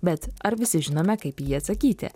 bet ar visi žinome kaip į jį atsakyti